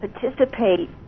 participate